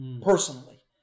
Personally